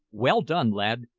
well done, lad!